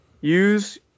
use